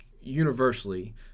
universally